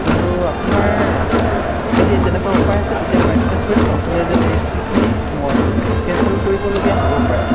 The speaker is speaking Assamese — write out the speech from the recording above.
কিন্তু আপোনাৰ যদি তেনেকুৱা উপায় আছে তেতিয়া মই একচেপ্ট কৰিম নহ'লে যেন সেইখিনি মই কেনচেল কৰিবলগীয়া হ'ব পাৰে